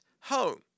home